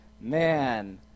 Man